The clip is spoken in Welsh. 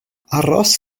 aros